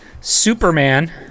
Superman